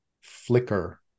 flicker